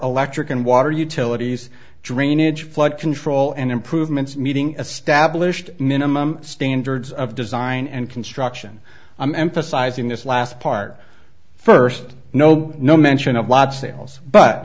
electric and water utilities drainage flood control and improvements meeting a stablished minimum standards of design and construction i'm emphasizing this last part first no no mention of lot sales but